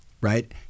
right